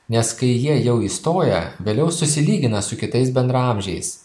nes kai jie jau įstoja vėliau susilygina su kitais bendraamžiais